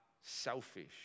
selfish